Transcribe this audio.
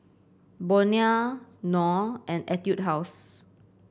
Bonia Knorr and Etude House